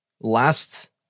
last